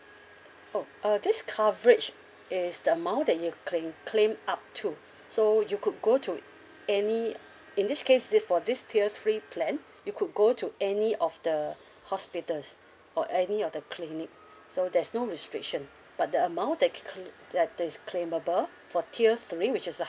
oh uh this coverage is the amount that you can claim up to so you could go to any in this case th~ for this tier three plan you could go to any of the hospitals or any of the clinic so there's no restriction but the amount that ca~ cl~ that is claimable for tier three which is the